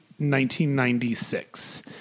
1996